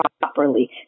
properly